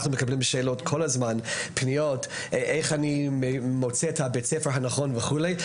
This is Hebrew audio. אנחנו כל הזמן מקבלים שאלות ופניות איך מוצאים את בית הספר הנכון וכולי.